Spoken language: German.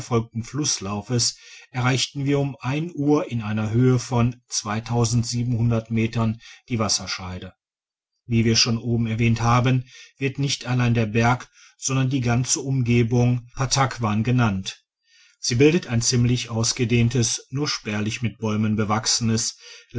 flusslaufes erreichten wir um l uhr in einer höhe von metern die wasserscheide wie wir schon oben erwähnt haben wird nicht allein der berg sondern die ganze umgebung pattakwan genannt sie bildet ein ziemlich ausgedehntes nur spärlich mit bäumen bewachsenes